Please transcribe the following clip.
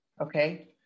okay